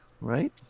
right